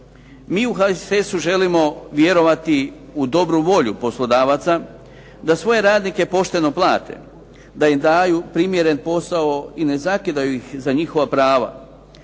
Mi u HSS-u želimo vjerovati u dobru volju poslodavaca da svoje radnike pošteno plate, da im daju primjeren posao i ne zakidaju ih za njihova prava.